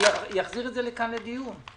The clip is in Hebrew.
אני אחזיר את זה לכאן לדיון.